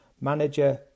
manager